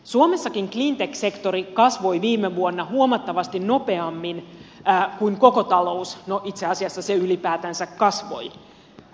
suomessakin cleantech sektori kasvoi viime vuonna huomattavasti nopeammin kuin koko talous no itse asiassa se ylipäätänsä kasvoi